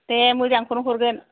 दे मोजांखौनो हरगोन